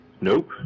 Nope